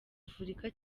afurika